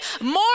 more